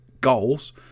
goals –